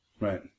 Right